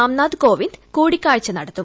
രാംനാഥ് കോവിന്ദ് കൂടിക്കാഴ്ച നടത്തും